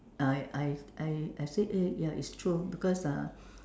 I I I I say eh ya it's true because uh